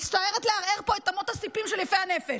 אני מצטערת לערער פה את אמות הסיפים של יפי הנפש.